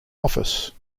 office